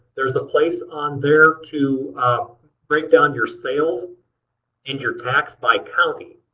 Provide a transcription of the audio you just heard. there's a place on there to break down your sales and your tax by county.